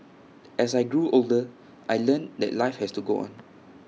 as I grew older I learnt that life has to go on